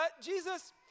Jesus